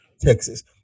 Texas